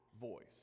voice